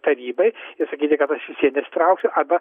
tarybai ir sakyti kad aš vis vien nesitrauksiu arba